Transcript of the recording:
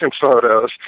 photos